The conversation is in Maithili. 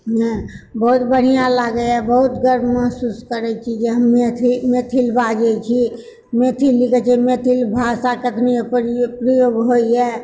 बहुत बढ़िआँ लागयए बहुत गर्व महसुस करैत छी जे हम मैथिल मैथिल बाजै छी मैथिल कि कहैत छै मैथिल भाषाके अखनिओ प्रयोग होइए